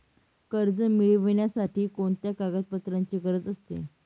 कर्ज मिळविण्यासाठी कोणत्या कागदपत्रांची गरज असते?